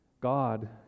God